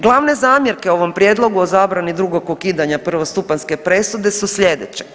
Glavne zamjerke ovom prijedlogu o zabrani drugo ukidanja prvostupanjske presude su slijedeće.